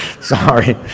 Sorry